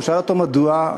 הוא שאל אותו: מדוע?